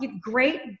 great